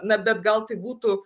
na bet gal tai būtų